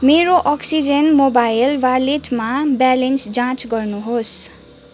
मेरो oxygen mobile वालेटमा balance जाँच गर्नुहोस्